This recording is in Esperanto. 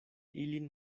ilin